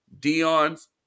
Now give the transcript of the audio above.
Dion's